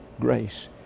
grace